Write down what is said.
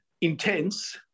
intense